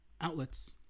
outlets